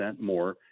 more